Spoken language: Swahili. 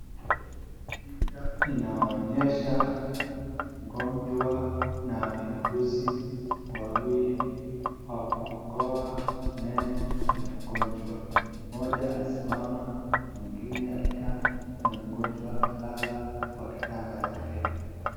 Picha inaonyesha mgonjwa na wauguzi wawili, waking'oa meno ya mgonjwa. Mmoja alisimama mwingine alikaa na mgonjwa alala kwa kitanda yake.